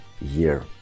year